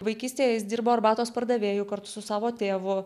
vaikystėje jis dirbo arbatos pardavėju kartu su savo tėvu